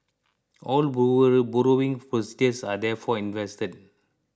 all borrowing proceeds are therefore invested